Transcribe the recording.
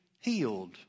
healed